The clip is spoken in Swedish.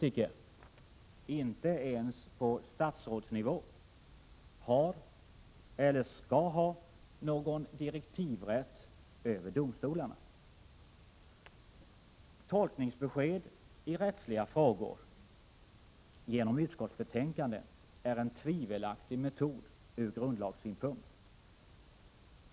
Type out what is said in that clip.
Inte ens på statsrådsnivå har politiker, eller skall ha, någon direktivrätt över domstolarna. Tolkningsbesked i rättsliga frågor genom utskottsbetänkanden är en tvivelaktig metod ur grundlagssynpunkt.